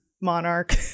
Monarch